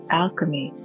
alchemy